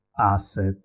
asset